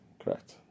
correct